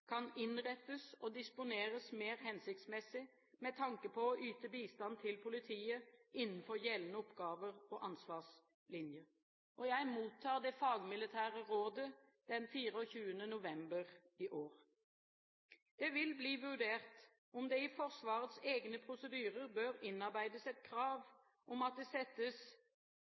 kan innrettes og disponeres mer hensiktsmessig med tanke på å yte bistand til politiet innenfor gjeldende oppgaver og ansvarslinjer. Jeg mottar det fagmilitære rådet 24. november i år. Det vil bli vurdert om det i Forsvarets egne prosedyrer bør innarbeides et krav om at det straks settes